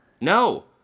no